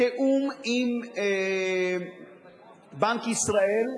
בתיאום עם בנק ישראל.